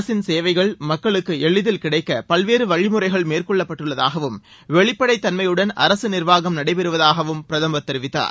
அரசின் சேவைகள் மக்களுக்கு எளிதில் கிடைக்க பல்வேறு வழிமுறைகள் மேற்கொள்ளப்பட்டுள்ளதாகவும் வெளிப்படைத் தன்மையுடன் அரசு நிர்வாகம் நடைபெறுவதாகவும் பிரதமர் தெரிவித்தார்